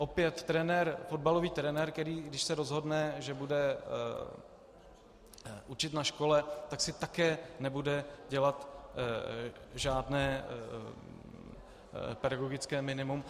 Opět trenér, fotbalový trenér, který když se rozhodne, že bude učit na škole, tak si také dělat žádné pedagogické minimum.